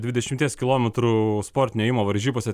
dvidešimties kilometrų sportinio ėjimo varžybose